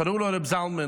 קראו לו רב זלמן,